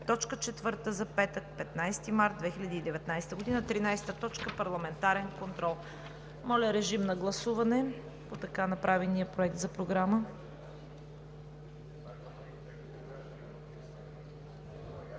точка четвърта за петък, 15 март 2019 г. 13. Парламентарен контрол.“ Моля, режим на гласуване по така представения Проект за програма.